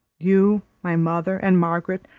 you, my mother, and margaret,